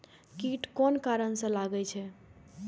कीट कोन कारण से लागे छै?